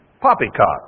Poppycock